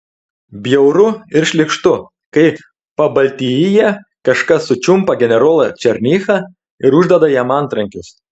bjauru ir šlykštu kai pabaltijyje kažkas sučiumpa generolą černychą ir uždeda jam antrankius